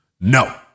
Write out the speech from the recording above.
No